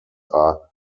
are